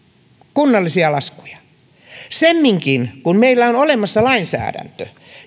kunnalliset laskut seuraavalle firmalle semminkin kun meillä on olemassa lainsäädäntö